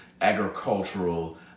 agricultural